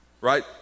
right